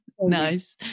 nice